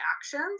actions